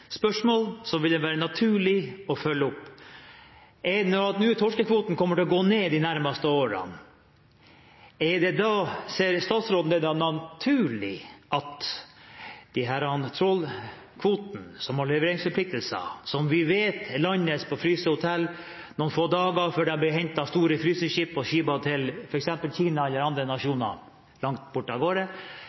spørsmål, som det vil være naturlig å følge opp med. Dersom torskekvotene kommer til å gå ned de nærmeste årene, ser statsråden det da naturlig at disse trålerne som har leveringsforpliktelser for sine kvoter – som vi vet landes på frysehotell noen få dager før de blir hentet av store fryseskip og skipet til f.eks. Kina eller andre nasjoner langt av